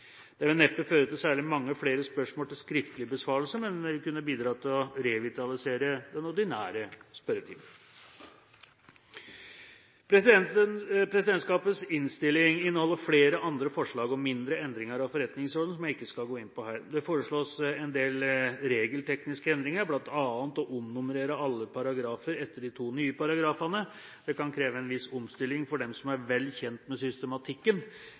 Det vil neppe føre til særlig mange flere spørsmål til skriftlig besvarelse, men vil kunne bidra til å revitalisere den ordinære spørretimen. Presidentskapets innstilling inneholder flere andre forslag og mindre endringer av forretningsordenen som jeg ikke skal gå inn på her. Det foreslås en del regeltekniske endringer, bl.a. å omnummerere alle paragrafer etter de to nye paragrafene. Det kan kreve en viss omstilling for dem som er vel kjent med systematikken